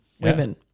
women